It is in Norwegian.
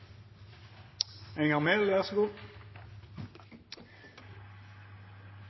Enger Mehl